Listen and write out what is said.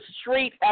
street